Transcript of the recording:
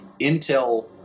Intel